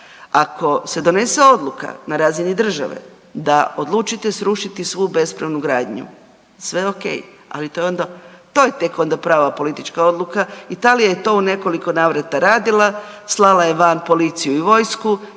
ako se donese odluka na razini države da odlučite srušiti svu bespravnu gradnju, sve okej, ali to je onda, to je tek onda prava politička odluka. Italija je to u nekoliko navrata radila, slala je van policiju i vojsku